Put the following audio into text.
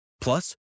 Plus